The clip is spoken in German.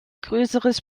größeres